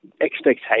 expectation